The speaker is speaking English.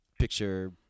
picture